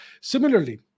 Similarly